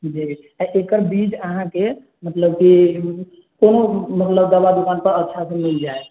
जी आ एकर बीज अहाँके मतलब की कोनो मतलब दवा दुकान पर अच्छा सँ मिल जायत